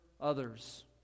others